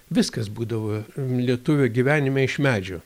viskas būdavo lietuvio gyvenime iš medžio